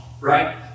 right